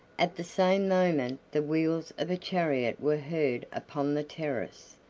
at the same moment the wheels of a chariot were heard upon the terrace,